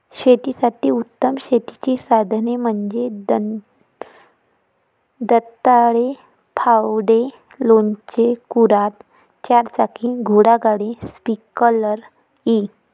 शेतासाठी उत्तम शेतीची साधने म्हणजे दंताळे, फावडे, लोणचे, कुऱ्हाड, चारचाकी घोडागाडी, स्प्रिंकलर इ